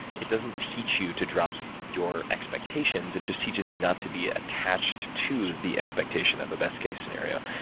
it doesn't teach you to drop your expectations, it just teaches you not to be attached to the expectation of a best case scenario.